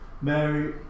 Mary